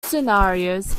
scenarios